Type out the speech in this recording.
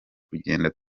kugenda